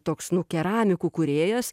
toks nu keramikų kūrėjas